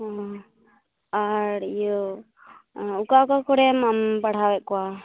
ᱦᱩᱸᱻ ᱟᱨ ᱤᱭᱟᱹ ᱚᱠᱟ ᱚᱠᱟ ᱠᱚᱨᱮᱢ ᱟᱢ ᱯᱟᱲᱦᱟᱭᱮᱫ ᱠᱚᱣᱟ